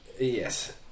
Yes